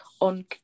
on